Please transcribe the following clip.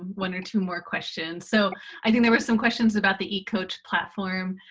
one or two more questions. so i think there were some questions about the ecoach platform.